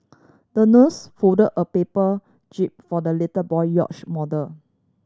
the nurse folded a paper jib for the little boy yacht model